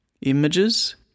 images